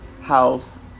house